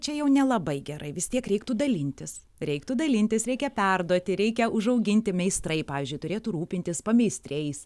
čia jau nelabai gerai vis tiek reiktų dalintis reiktų dalintis reikia perduoti reikia užauginti meistrai pavyzdžiui turėtų rūpintis pameistriais